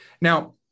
Now